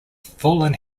fallen